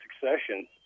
succession